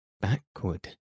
Backward